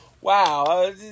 Wow